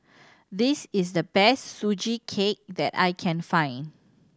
this is the best Sugee Cake that I can find